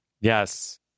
Yes